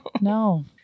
No